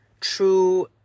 true